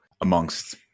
amongst